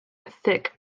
thick